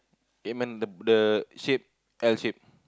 amen the shape the L shape